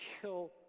kill